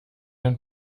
ein